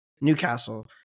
Newcastle